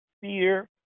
fear